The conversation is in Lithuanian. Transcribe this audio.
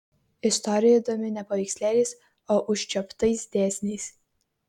istorija įdomi ne paveikslėliais o užčiuoptais dėsniais